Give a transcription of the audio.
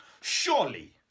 Surely